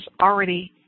already